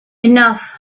enough